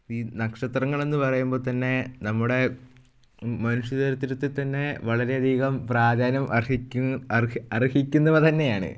ഈ നക്ഷത്രങ്ങളെന്ന് പറയുമ്പം തന്നെ നമ്മുടെ മനുഷ്യ ചരിത്രത്തിൽ തന്നെ വളരെയധികം പ്രാധാന്യം അർഹിക്കി അർഹി അർഹിക്കുന്നവ തന്നെയാണ്